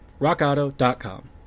rockauto.com